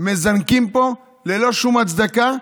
מזנקים פה ללא שום הצדקה.